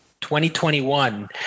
2021